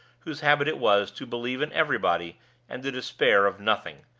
whose habit it was to believe in everybody and to despair of nothing.